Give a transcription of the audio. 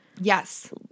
Yes